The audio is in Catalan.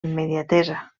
immediatesa